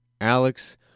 Alex